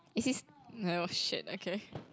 is his oh shit okay